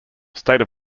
state